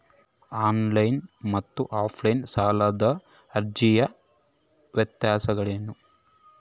On line ಮತ್ತು offline ಸಾಲದ ಅರ್ಜಿಯ ವ್ಯತ್ಯಾಸಗಳೇನು?